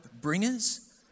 bringers